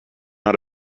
out